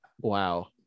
Wow